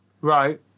right